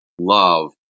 love